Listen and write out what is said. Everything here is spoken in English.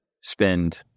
spend